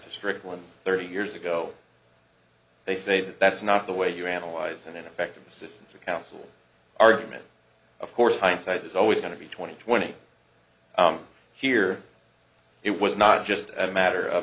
to strickland thirty years ago they say that that's not the way you analyze and ineffective assistance of counsel argument of course hindsight is always going to be twenty twenty here it was not just a matter of